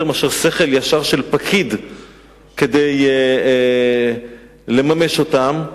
מאשר שכל ישר של פקיד כדי לממש אותם,